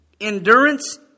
endurance